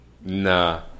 Nah